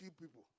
people